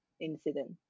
incident